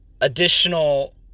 additional